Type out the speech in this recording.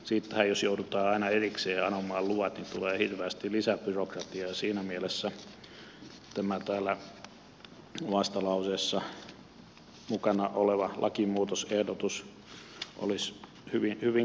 siitähän jos joudutaan aina erikseen anomaan luvat tulee hirveästi lisäbyrokratiaa ja siinä mielessä tämä täällä vastalauseessa mukana oleva lakimuutosehdotus olisi hyvin kannatettava